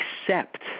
accept